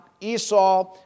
Esau